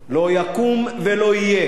לא יקום ולא יהיה.